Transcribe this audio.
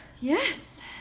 Yes